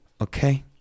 okay